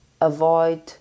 avoid